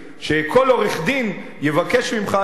שכל עורך-דין יבקש ממך היום,